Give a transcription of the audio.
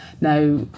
Now